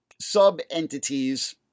sub-entities